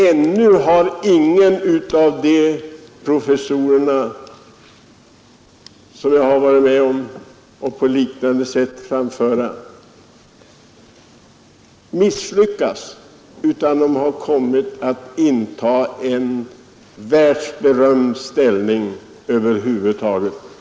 Ännu har ingen av de professurer som jag varit med om att föra fram varit misslyckad. Innehavarna har kommit att inta en världsberömd ställning.